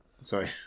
Sorry